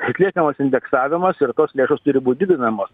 atliekamas indeksavimas ir tos lėšos turi būt didinamos